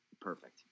perfect